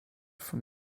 from